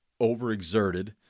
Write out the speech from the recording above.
overexerted